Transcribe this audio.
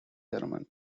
german